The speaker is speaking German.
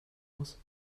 muss